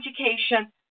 education